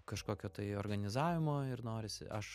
kažkokio tai organizavimo ir norisi aš